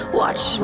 watch